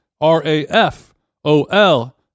r-a-f-o-l